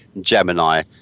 Gemini